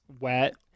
wet